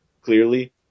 clearly